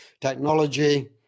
technology